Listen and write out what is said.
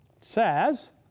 says